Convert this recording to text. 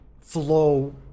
flow